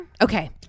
Okay